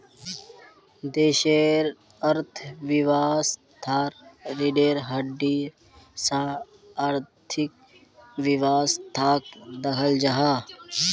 देशेर अर्थवैवास्थार रिढ़ेर हड्डीर सा आर्थिक वैवास्थाक दख़ल जाहा